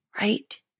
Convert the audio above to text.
right